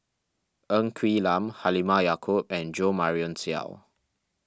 Ng Quee Lam Halimah Yacob and Jo Marion Seow